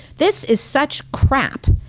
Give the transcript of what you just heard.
this is such crap.